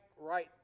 right